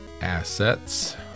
Assets